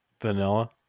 vanilla